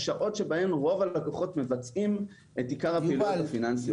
השעות בהן רוב הלקוחות מבצעים את עיקר הפעולות שלהם.